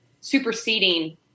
superseding